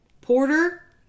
Porter